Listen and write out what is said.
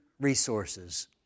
resources